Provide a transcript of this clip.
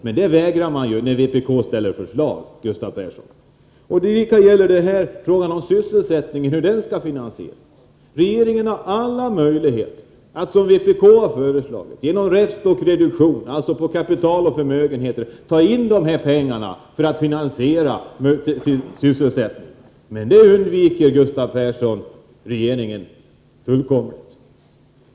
Men det vägrar regeringen, då vpk ställer förslag, Gustav Persson. Likadant är det när frågan gäller hur sysselsättningen skall finansieras. Regeringen har alla möjligheter att, som vpk har föreslagit, genom räfst och reduktion — alltså i fråga om kapital och förmögenheter — ta in de här pengarna för att finansiera anslagen till sysselsättningen. Men detta undviker Gustav Persson och regeringen fullkomligt.